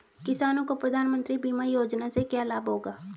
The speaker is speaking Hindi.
किसानों को प्रधानमंत्री बीमा योजना से क्या लाभ होगा?